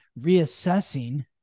reassessing